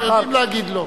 שיודעים להגיד לא.